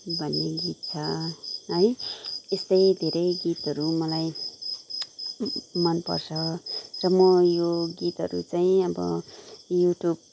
भन्ने गीत छ है यस्तै धेरै गीतहरू मलाई मन पर्छ र म यो गीतहरू चाहिँ अब यु ट्युब